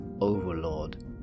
overlord